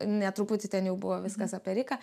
ne truputį ten jau buvo viskas apie riką